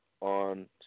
on